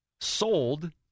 sold